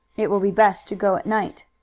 it will be best to go at night.